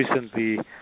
recently